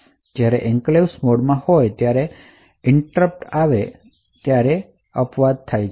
જ્યારે એન્ક્લેવ્સ મોડમાં હોય ત્યારે ઇન્ટ્રપટ આવે તો ત્યારે એક્સેપસન થાય છે